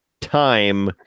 time